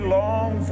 long